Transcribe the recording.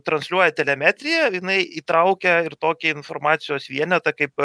transliuoja telemetriją jinai įtraukia ir tokį informacijos vienetą kaip